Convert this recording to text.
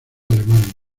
alemania